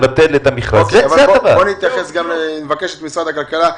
לשמוע גם את משרד הכלכלה,